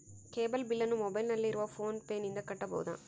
Cable ಬಿಲ್ಲನ್ನು ಮೊಬೈಲಿನಲ್ಲಿ ಇರುವ ಫೋನ್ ಪೇನಿಂದ ಕಟ್ಟಬಹುದಾ?